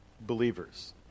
believers